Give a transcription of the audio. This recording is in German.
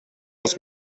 aus